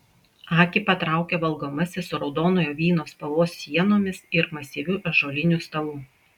akį patraukė valgomasis su raudonojo vyno spalvos sienomis ir masyviu ąžuoliniu stalu